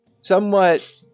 somewhat